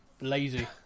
Lazy